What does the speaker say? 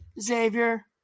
Xavier –